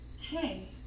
Hey